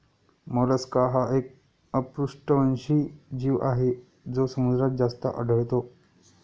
Mollusca हा एक अपृष्ठवंशी जीव आहे जो समुद्रात जास्त आढळतो